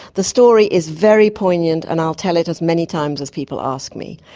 the story is very poignant and i'll tell it as many times as people ask me.